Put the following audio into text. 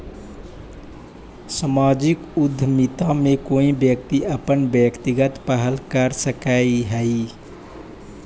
सामाजिक उद्यमिता में कोई व्यक्ति अपन व्यक्तिगत पहल कर सकऽ हई